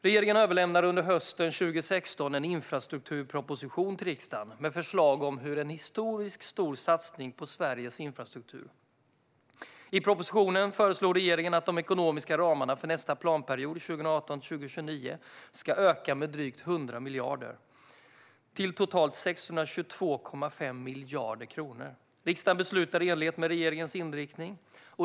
Regeringen överlämnade under hösten 2016 en infrastrukturproposition till riksdagen med förslag om en historiskt stor satsning på Sveriges infrastruktur. I propositionen föreslog regeringen att de ekonomiska ramarna för nästa planperiod 2018-2029 ska öka med drygt 100 miljarder kronor, till totalt 622,5 miljarder kronor. Riksdagen beslutade i enlighet med regeringens inriktning.